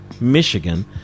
Michigan